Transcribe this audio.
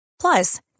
Plus